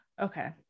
okay